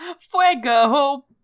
Fuego